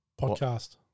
podcast